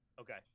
Okay